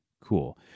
cool